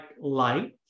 light